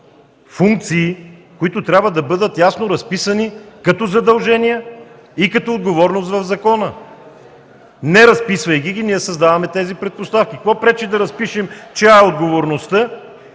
функции, които трябва да бъдат ясно разписани като задължения и като отговорност в закона? Неразписвайки ги, създаваме тези предпоставки. Какво пречи да разпишем чия е отговорността,